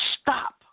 Stop